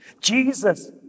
Jesus